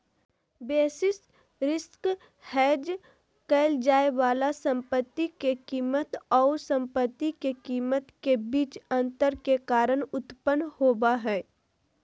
basis risk hedge क़इल जाय वाला संपत्ति के कीमत आऊ संपत्ति के कीमत के बीच अंतर के कारण उत्पन्न होबा हइ